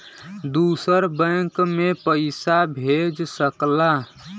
दूसर बैंक मे पइसा भेज सकला